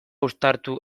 uztartu